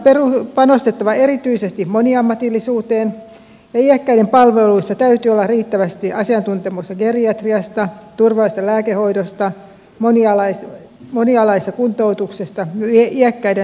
kunnissa on panostettava erityisesti moniammatillisuuteen ja iäkkäiden palveluissa täytyy olla riittävästi asiantuntemusta geriatriasta turvallisesta lääkehoidosta monialaisesta kuntoutuksesta ja iäkkäiden suun terveydenhuollosta